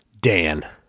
Dan